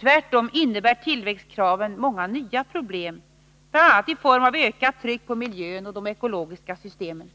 Tvärtom innebär tillväxtkraven många nya problem, bl.a. i form av ett ökat tryck på miljön och på de ekologiska systemen.